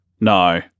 No